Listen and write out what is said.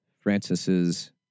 Francis's